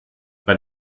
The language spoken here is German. bei